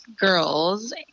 girls